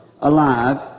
alive